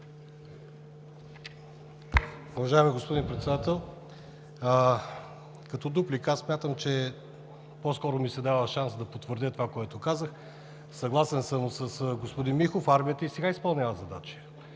Уважаеми господин Председател! Като дуплика смятам, че по-скоро ми се дава шанс да потвърдя това, което казах. Съгласен съм с господин Михов – армията и сега изпълнява задачи.